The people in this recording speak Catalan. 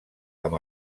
amb